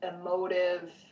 emotive